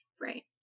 Right